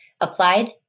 applied